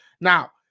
Now